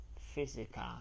physical